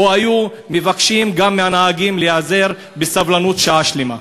או שגם כן היו מבקשים מהנהגים להתאזר בסבלנות שעה שלמה?